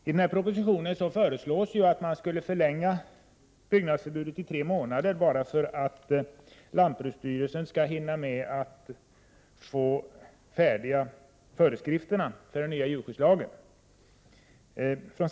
I propositionen föreslås att byggnadsförbudet skall förlängas tre månader för att lantbruksstyrelsen skall hinna utarbeta föreskrifterna som gäller den nya djurskyddslagen.